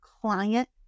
client